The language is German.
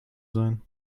sein